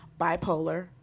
bipolar